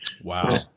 Wow